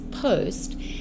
post